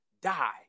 die